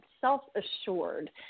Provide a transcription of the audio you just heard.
self-assured